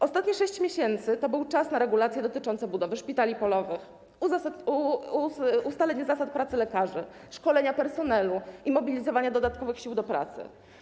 Ostatnie 6 miesięcy to był czas na regulacje dotyczące budowy szpitali polowych, ustaleń zasad pracy lekarzy, szkolenia personelu i mobilizowania dodatkowych sił do pracy.